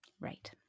Right